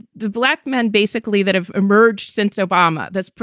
the black men basically that have emerged since obama, that's,